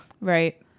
Right